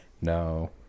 No